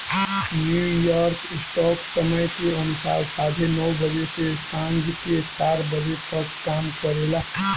New York stock समय के अनुसार साढ़े नौ बजे से सांझ के चार बजे तक काम करेला